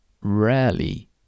rarely